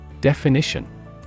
Definition